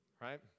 right